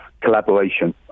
collaboration